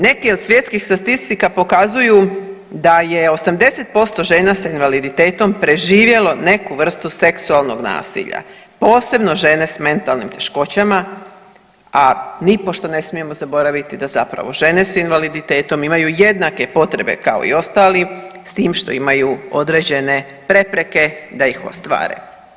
Neki od svjetskih statistika pokazuju da je 80% žena sa invaliditetom preživjelo neku vrstu seksualnog nasilja, posebno žene s mentalnim teškoćama, a nipošto ne smijemo zaboraviti da zapravo žene s invaliditetom imaju jednake potrebe kao i ostali s tim što imaju određene prepreke da ih ostvare.